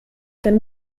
ten